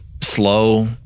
slow